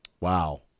Wow